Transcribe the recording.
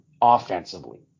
offensively